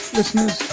listeners